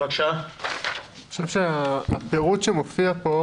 אני חושב שהפירוט שמופיע כאן,